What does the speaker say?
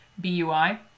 B-U-I